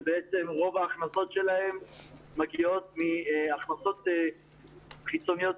שרוב ההכנסות שלהן מגיעות מהכנסות חיצוניות,